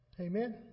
Amen